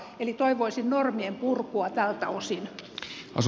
eli toivoisin normien purkua tältä osin